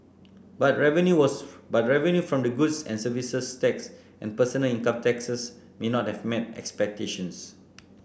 but revenue was but revenue from the goods and Services Tax and personal income taxes may not have met expectations